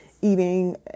eating